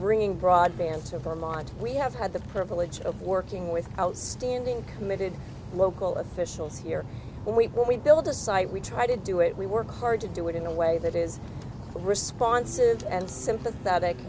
bringing broadband to vermont we have had the privilege of working with outstanding committed local officials here when we when we build a site we try to do it we work hard to do it in a way that is responsive and sympathetic